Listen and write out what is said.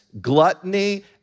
gluttony